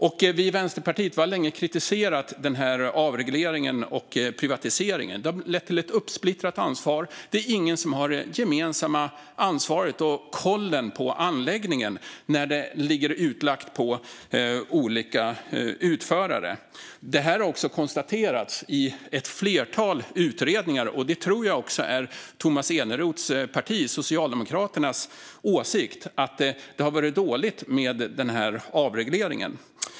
Vi i Vänsterpartiet har länge kritiserat den här avregleringen och privatiseringen. Den har lett till ett uppsplittrat ansvar. Ingen har det gemensamma ansvaret och kollen på anläggningen när detta ligger utlagt på olika utförare. Det här har också konstaterats i ett flertal utredningar. Jag tror att det också är Tomas Eneroths partis, Socialdemokraternas, åsikt att det har varit dåligt med avregleringen.